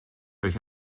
euch